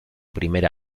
primer